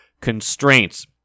Constraints